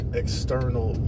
external